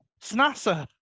NASA